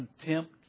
contempt